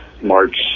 March